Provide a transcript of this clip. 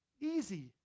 easy